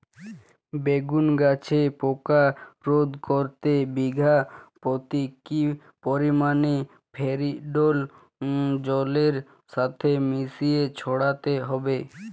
বেগুন গাছে পোকা রোধ করতে বিঘা পতি কি পরিমাণে ফেরিডোল জলের সাথে মিশিয়ে ছড়াতে হবে?